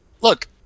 Look